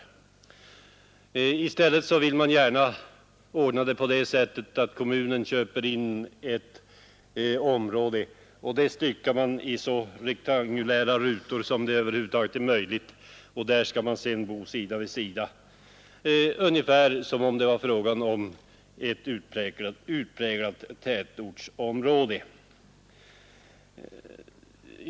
I stället vill man gärna att kommunerna köper in områden och styckar upp dem i så rektangulära rutor som det över huvud taget är möjligt. Där skall sedan människorna bo sida vid sida, ungefär som i ett utpräglat tätortsområde.